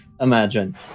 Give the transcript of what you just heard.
imagine